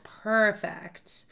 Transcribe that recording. perfect